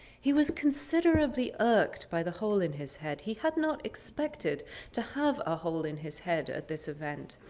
he was considerably irked by the hole in his head. he had not expected to have a hole in his head at this event.